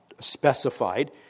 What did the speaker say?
specified